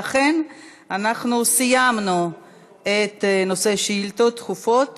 סיימנו את השאילתות הדחופות